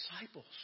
disciples